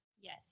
Yes